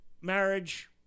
marriage